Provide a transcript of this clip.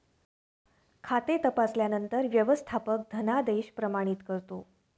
खाते तपासल्यानंतर व्यवस्थापक धनादेश प्रमाणित करतो